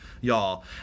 y'all